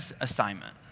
assignment